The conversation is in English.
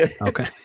Okay